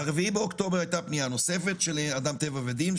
ב-4 באוקטובר היתה פנייה נוספת של אדם טבע ודין,